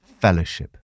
fellowship